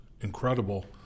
incredible